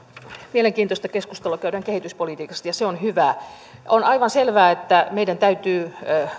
mielenkiintoista keskustelua käydään kehityspolitiikasta ja se on hyvä on aivan selvää että meidän täytyy